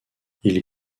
ils